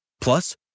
Plus